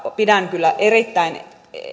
pidän kyllä erittäin